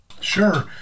Sure